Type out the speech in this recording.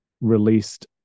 released